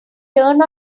turn